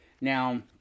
now